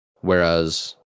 Whereas